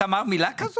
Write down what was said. מוגבלת למכירה